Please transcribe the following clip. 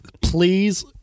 Please